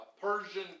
Persian